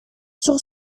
sur